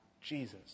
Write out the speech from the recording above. Jesus